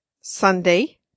Sunday